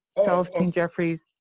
celestine jeffries,